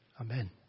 amen